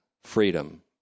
freedom